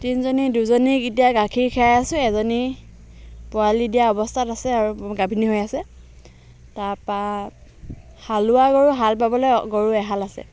তিনিজনী দুজনীক এতিয়া গাখীৰ খীৰাই আছোঁ এজনী পোৱালি দিয়া অৱস্থাত আছে আৰু আৰু গাভিনী হৈ আছে তাপা হালোৱা গৰু হাল বাবলৈ গৰু এহাল আছে